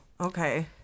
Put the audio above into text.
Okay